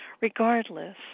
regardless